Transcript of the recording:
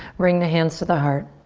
bring the hands to the heart.